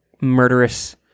murderous